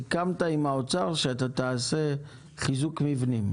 סיכמת עם האוצר שאתה תעשה חיזוק מבנים.